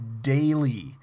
daily